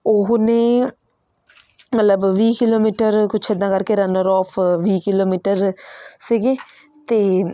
ਉਹ ਨੇ ਮਤਲਬ ਵੀਹ ਕਿਲੋਮੀਟਰ ਕੁਛ ਇੱਦਾਂ ਕਰਕੇ ਰਨਰ ਆਫ ਵੀਹ ਕਿਲੋਮੀਟਰ ਸੀਗੇ ਅਤੇ